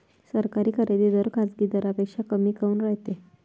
सरकारी खरेदी दर खाजगी दरापेक्षा कमी काऊन रायते?